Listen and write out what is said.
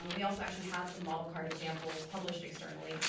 um we also actually have some model card examples published externally.